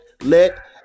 let